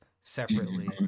separately